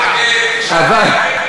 על השיער.